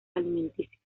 alimenticios